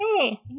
Hey